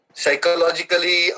psychologically